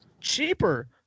cheaper